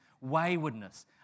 waywardness